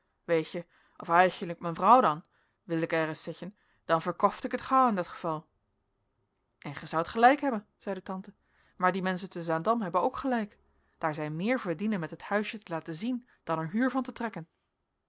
weet je of aigenlijk men vrouw dan wil ik ereis zeggen dan verkoft ik het gauw in dat geval en gij zoudt gelijk hebben zeide tante maar die menschen te zaandam hebben ook gelijk daar zij meer verdienen met het huisje te laten zien dan er huur van te trekken